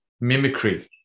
mimicry